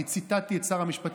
אני ציטטתי את שר המשפטים.